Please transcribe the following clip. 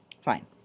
Fine